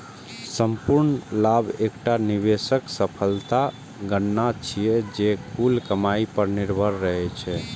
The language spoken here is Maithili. संपूर्ण लाभ एकटा निवेशक सफलताक गणना छियै, जे कुल कमाइ पर निर्भर रहै छै